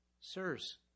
Sirs